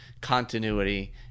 continuity